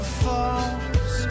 falls